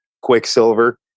Quicksilver